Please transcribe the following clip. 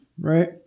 Right